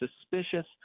suspicious